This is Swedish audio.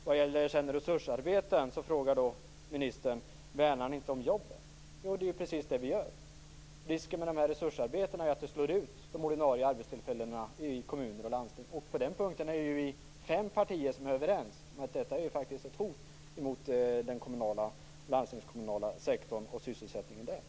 Vad gäller resursarbeten frågar ministern: Värnar ni inte om jobben? Det är ju precis det vi gör. Risken med resursarbetena är att de slår ut ordinarie arbetstillfällen i kommuner och landsting. På den punkten är det fem partier som är överens om att detta faktiskt är ett hot mot den kommunala och den landstingskommunala sektorn och sysselsättningen där.